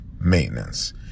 maintenance